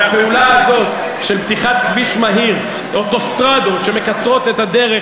והפעולה הזאת של פתיחת כביש מהיר ואוטוסטרדות שמקצרות את הדרך